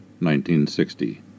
1960